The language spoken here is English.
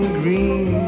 green